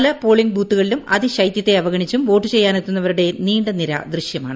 പല പോളിംഗ് ബൂത്തുകളിലും അതിശൈത്യത്തെ അവഗണിച്ചും വോട്ട്ചെയ്യാനെത്തുന്നവരുടെ നീണ്ട നിര ദൃശ്യമാണ്